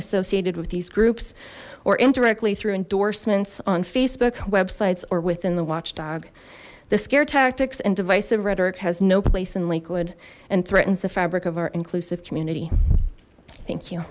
associated with these groups or indirectly through endorsements on facebook websites or within the watchdog the scare tactics and divisive rhetoric has no place in lakewood and threatens the fabric of our inclusive community